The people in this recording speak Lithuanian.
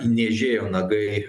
niežėjo nagai